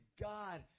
God